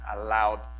allowed